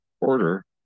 order